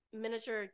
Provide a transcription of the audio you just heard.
miniature